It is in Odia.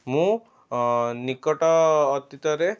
ମୁଁ ନିକଟ ଅତୀତରେ